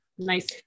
Nice